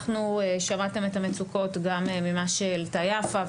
שמעתם את המצוקות גם ממה שהעלתה יפה,